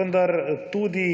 vendar tudi